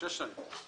שש שנים.